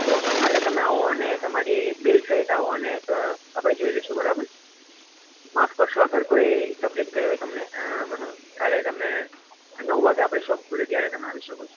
okay okay કાલે તમે આવો અને તમારી બિલ સહિત આવોને આપડે જોઈ લઈશું બરાબર માફ કરશો અગર કોઈ તકલીફ થઈ હોય તમને બરાબર કાલે તમે નવ વાગ્યે આપડે શોપ ખૂલે ત્યારે તમે આવી શકો છો